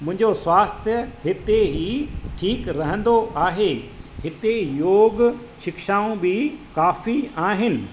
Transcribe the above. मुंहिंजो स्वास्थ्य हिते ई ठीकु रहंदो आहे हिते योग शिक्षाऊं बि काफ़ी आहिनि